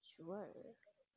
sure